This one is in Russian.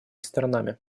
сторонами